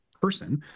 person